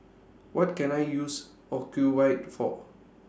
What Can I use Ocuvite For